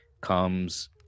comes